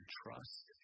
trust